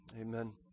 Amen